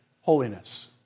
holiness